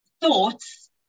thoughts